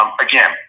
Again